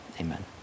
amen